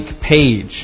page